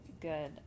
good